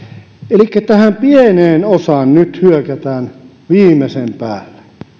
elikkä tähän pieneen osaan nyt hyökätään viimeisen päälle